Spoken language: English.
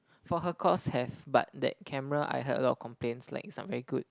for her course have but that camera I heard a lot of complaints like it's not very good